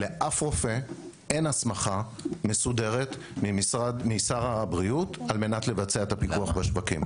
לאף רופא אין הסמכה מסודרת משר הבריאות על מנת לבצע פיקוח בשווקים.